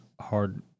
hard